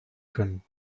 können